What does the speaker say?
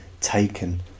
taken